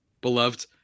beloved